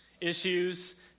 issues